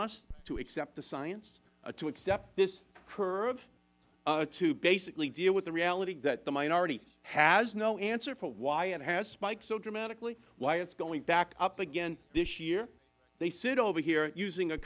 us to accept the science to accept this curve to basically deal with the reality that the minority has no answer for why it has spiked so dramatically why it is going back up again this year they sit over here using a